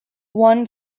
won